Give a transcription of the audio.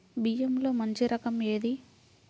బియ్యంలో మంచి రకం ఏది?